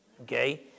okay